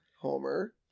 Homer